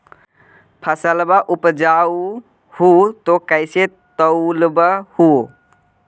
फसलबा उपजाऊ हू तो कैसे तौउलब हो?